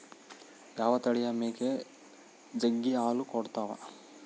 ಯಾವ ತಳಿಯ ಮೇಕೆ ಜಗ್ಗಿ ಹಾಲು ಕೊಡ್ತಾವ?